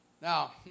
Now